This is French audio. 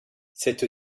cette